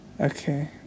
Okay